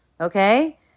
Okay